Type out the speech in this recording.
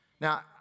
Now